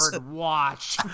watch